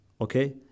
Okay